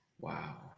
Wow